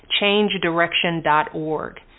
changedirection.org